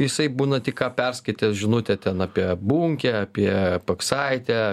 jisai būna tik ką perskaitęs žinutę ten apie bunkę apie paksaitę